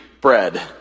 bread